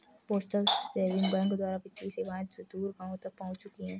postal saving bank द्वारा वित्तीय सेवाएं सुदूर गाँवों तक पहुंच चुकी हैं